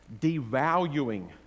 devaluing